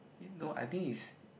no I think is